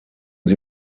sie